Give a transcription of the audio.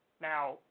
Now